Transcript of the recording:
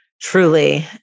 truly